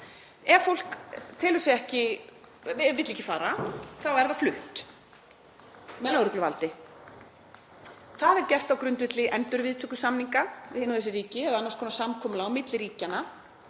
Ef fólk vill ekki fara þá er það flutt með lögregluvaldi. Það er gert á grundvelli endurviðtökusamninga við hin og þessi ríki eða annars konar samkomulags á milli ríkja